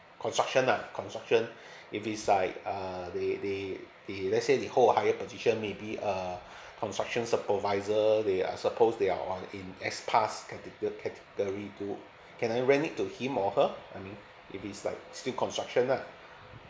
construction lah construction if it's like uh they they they let's say they hold a higher position maybe a construction supervisor they are supposed they are on in S pass catego~ category can I rent it to him or her I mean if he's like still construction lah